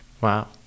Wow